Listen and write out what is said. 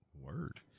Word